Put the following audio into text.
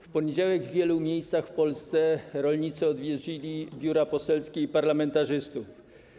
W poniedziałek w wielu miejscach w Polsce rolnicy odwiedzili biura poselskie i parlamentarzystów.